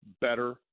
better